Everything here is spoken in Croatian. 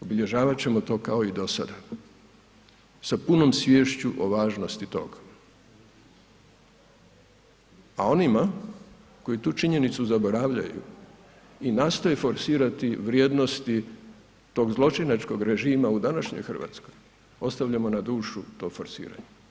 Obilježavat ćemo to kao i dosada, sa punom sviješću o važnosti toga, a onima koji tu činjenicu zaboravljaju i nastoje forsirati vrijednosti tog zločinačkog režima u današnjoj Hrvatskoj ostavljamo na dušu to forsiranje.